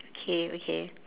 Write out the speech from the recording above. okay okay